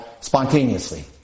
spontaneously